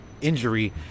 injury